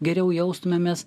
geriau jaustumėmės